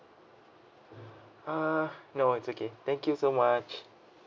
uh no it's okay thank you so much